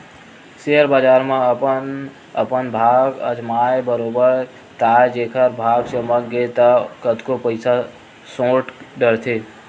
share बजार म अपन अपन भाग अजमाय बरोबर ताय जेखर भाग चमक गे ता कतको पइसा सोट डरथे